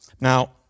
Now